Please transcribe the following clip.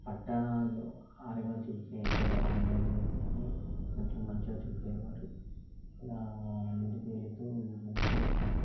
పట్టణాల్లో అరగోచించే ఎక్కువ డబ్బులుండేవే అని కొంచెం మంచిగా చూసేవారు అలా ముందుకు వెళుతూ మంచిగా